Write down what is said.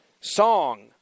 song